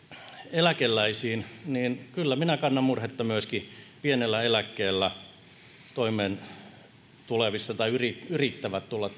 eläkeläisiin niin kyllä minä myöskin kannan murhetta pienellä eläkkeellä toimeen tulevista tai niistä ihmisistä jotka yrittävät tulla